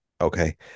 okay